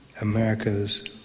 America's